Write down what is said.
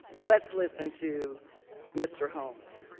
let's listen to mr. holmes.